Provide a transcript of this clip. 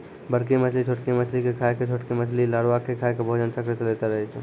बड़की मछली छोटकी मछली के खाय के, छोटकी मछली लारवा के खाय के भोजन चक्र चलैतें रहै छै